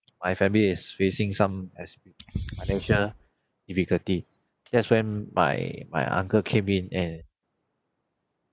my family is facing some as financial difficulty that's when my my uncle came in and